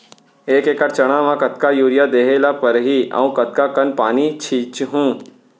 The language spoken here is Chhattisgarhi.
एक एकड़ चना म कतका यूरिया देहे ल परहि अऊ कतका कन पानी छींचहुं?